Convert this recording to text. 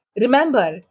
Remember